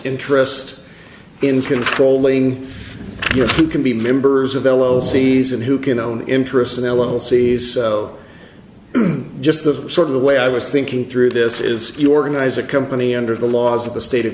interest in controlling your can be members of l o z's and who can own interests in l o l c just the sort of the way i was thinking through this is you organize a company under the laws of the state of